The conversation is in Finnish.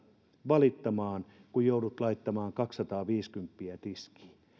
valittamaan kun joudut laittamaan kaksisataaviisikymppiä tiskiin